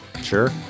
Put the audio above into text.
sure